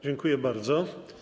Dziękuję bardzo.